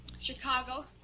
Chicago